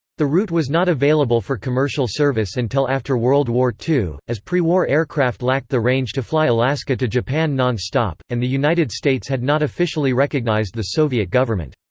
the route was not available for commercial service until after world war ii, as prewar aircraft lacked the range to fly alaska to japan nonstop, and the united states had not officially recognized the soviet government.